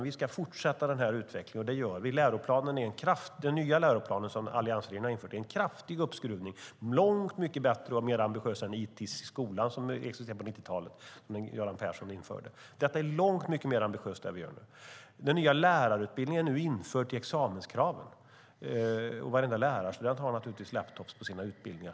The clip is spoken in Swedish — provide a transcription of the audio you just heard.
Vi ska fortsätta denna utveckling. Den nya läroplan som alliansregeringen har infört är en kraftig uppskruvning som är långt mycket bättre och mer ambitiös än ITIS, som Göran Persson införde på 90-talet. Det är infört i examenskraven i den nya lärarutbildningen, och varenda lärarstudent har naturligtvis laptop under utbildningen.